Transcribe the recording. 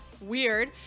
weird